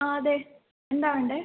ആ അതെ എന്താ വേണ്ടത്